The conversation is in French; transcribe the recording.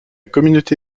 communauté